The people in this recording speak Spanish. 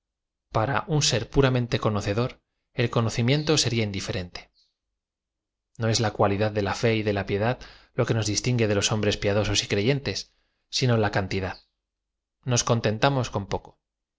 para un ie r puramente conocedor el conocimiento seria indiferente no es la cualidad de la fe y de la p íed ai lo que nos distingue de loa hombres piadosos y creyentes sino la cantidad nos contenta mos con poco